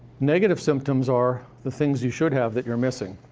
negative symptoms are the things you should have that you're missing.